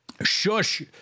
Shush